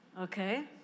okay